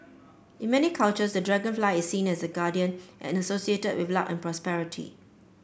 in many cultures the dragonfly is seen as a guardian and associated with luck and prosperity